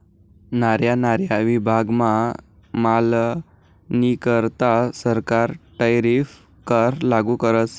न्यारा न्यारा विभागमा मालनीकरता सरकार टैरीफ कर लागू करस